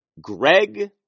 Greg